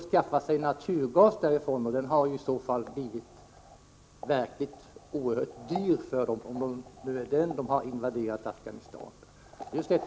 Man skaffar sig naturgas därifrån, men om det är för den som man har invaderat Afghanistan, får man betala ett oerhört högt pris för den.